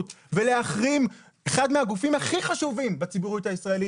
ולהחרים את אחד הגופים הכי חשובים בציבוריות הישראלית,